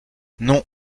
non